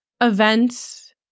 events